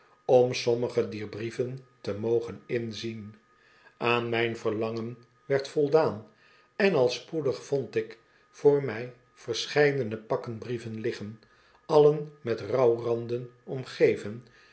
om sommige dier brieven te mogen inzien aan mijn verlangen werd voldaan en al spoedig vond ik voor mij verscheidene pakken brieven liggen allen met rouwranden omgeven